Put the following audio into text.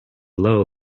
low